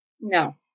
No